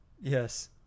Yes